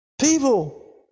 people